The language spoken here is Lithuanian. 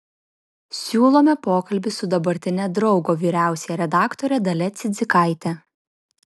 siūlome pokalbį su dabartine draugo vyriausiąja redaktore dalia cidzikaite